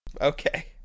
Okay